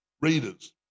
Readers